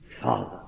Father